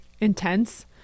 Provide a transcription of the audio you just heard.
intense